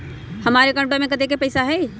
हमार अकाउंटवा में कतेइक पैसा हई?